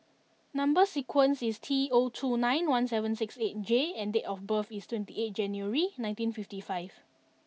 number sequence is T zero two nine one seven six eight J and date of birth is twenty eight January nineteen fifty five